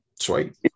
Sweet